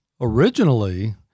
Originally